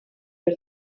per